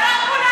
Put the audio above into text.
זה לא כולנו,